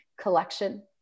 collection